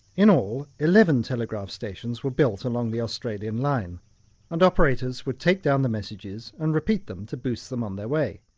in all, eleven telegraph stations were built along the australian line and operators would take down the messages and repeat them to boost them on their way.